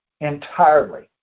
entirely